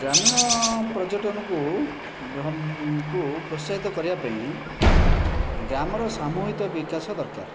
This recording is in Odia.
ଗ୍ରାମୀଣ ପର୍ଯ୍ୟଟନକୁ କୁ ପ୍ରୋତ୍ସାହିତ କରିବା ପାଇଁ ଗ୍ରାମର ସାମୁହିକ ବିକାଶ ଦରକାର